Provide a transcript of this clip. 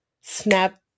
snap